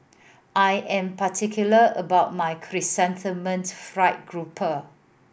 I am particular about my Chrysanthemum Fried Grouper